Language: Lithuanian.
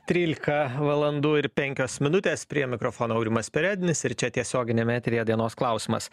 trylika valandų ir penkios minutės prie mikrofono aurimas perednis ir čia tiesioginiame eteryje dienos klausimas